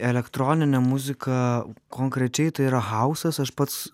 elektroninė muzika konkrečiai tai yra hausas aš pats